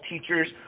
teachers